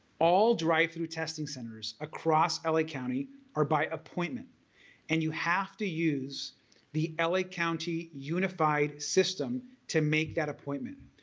all drive-through testing centers across la like county are by appointment and you have to use the la county unified system to make that appointment.